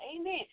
Amen